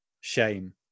shame